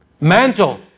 Mantle